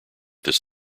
this